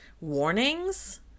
warnings